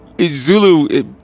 Zulu